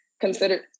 consider